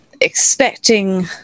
expecting